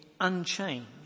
unchanged